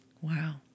wow